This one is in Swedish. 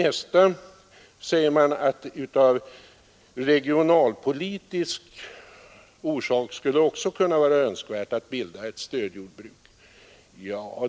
Nästa skäl för att bilda ett stödjordbruk skulle enligt motionärerna vara de regionalpolitiska synpunkterna.